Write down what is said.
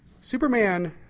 Superman